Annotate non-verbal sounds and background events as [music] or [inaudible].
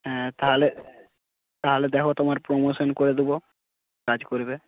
হ্যাঁ তাহলে [unintelligible] তাহলে দেখো তোমার প্রোমোশান করে দেবো কাজ করবে